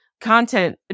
content